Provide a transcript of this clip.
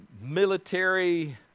Military